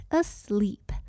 asleep